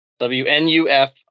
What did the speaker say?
WNUF